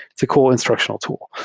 it's a cool instructional tool.